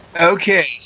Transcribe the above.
Okay